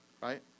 Right